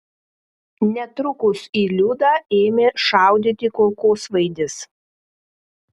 netrukus į liudą ėmė šaudyti kulkosvaidis